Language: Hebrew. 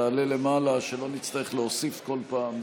תעלה למעלה, שלא נצטרך להוסיף כל פעם,